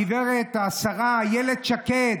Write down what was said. הגב' השרה אילת שקד,